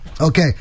Okay